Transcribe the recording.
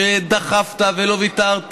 שדחפת ולא ויתרת,